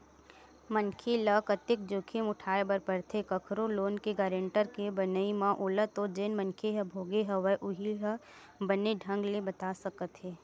मनखे ल कतेक जोखिम उठाय बर परथे कखरो लोन के गारेंटर के बनई म ओला तो जेन मनखे ह भोगे हवय उहीं ह बने ढंग ले बता सकत हे